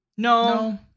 No